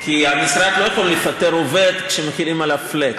כי המשרד לא יכול לפטר עובד שמפעילים עליו flat.